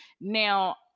now